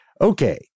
okay